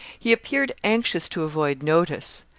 he appeared anxious to avoid notice,